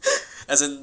as in